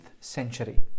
century